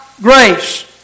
grace